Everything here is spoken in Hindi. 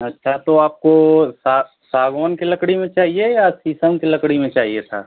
अच्छा तो आपको सागवन की लकड़ी में चाहिए या शीशम की लकड़ी में चाहिए था